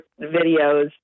videos